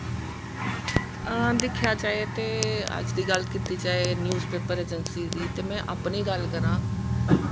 दिक्खेआ जाए ते अज्ज दी गल्ल कीती जाए ते न्यूज पेपर अजैंसी दी ते में अपनी गल्ल करां